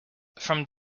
from